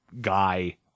guy